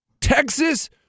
Texas